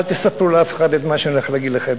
אל תספרו לאף אחד את מה שאני הולך להגיד לכם: